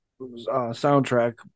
soundtrack